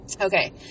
Okay